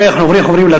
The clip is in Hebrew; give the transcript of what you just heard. אנחנו עוברים להצבעה.